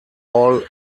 all